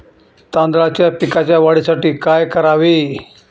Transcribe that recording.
तांदळाच्या पिकाच्या वाढीसाठी काय करावे?